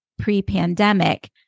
pre-pandemic